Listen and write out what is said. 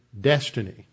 destiny